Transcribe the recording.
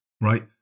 right